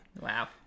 Wow